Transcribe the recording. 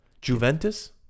Juventus